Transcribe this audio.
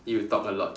you talk a lot